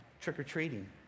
trick-or-treating